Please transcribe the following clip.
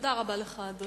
תודה רבה, אדוני.